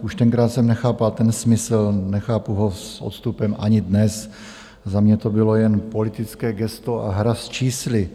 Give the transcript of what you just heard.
Už tenkrát jsem nechápal ten smysl, nechápu ho s odstupem ani dnes, za mě to bylo jen politické gesto a hra s čísly.